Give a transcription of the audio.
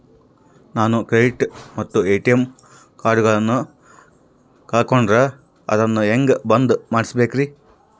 ನಾನು ಕ್ರೆಡಿಟ್ ಮತ್ತ ಎ.ಟಿ.ಎಂ ಕಾರ್ಡಗಳನ್ನು ಕಳಕೊಂಡರೆ ಅದನ್ನು ಹೆಂಗೆ ಬಂದ್ ಮಾಡಿಸಬೇಕ್ರಿ?